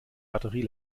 batterie